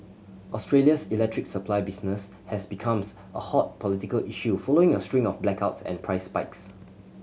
Australia's electricity supply business has becomes a hot political issue following a string of blackouts and price spikes